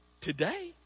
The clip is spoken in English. Today